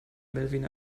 melvin